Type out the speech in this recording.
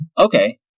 Okay